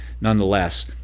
nonetheless